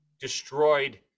destroyed